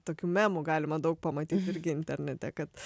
tokių memų galima daug pamatyt irgi internete kad